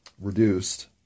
reduced